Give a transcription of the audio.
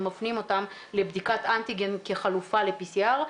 מפנים אותם לבדיקת אנטיגן כחלופה ל-PCR,